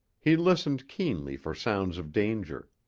he listened keenly for sounds of danger.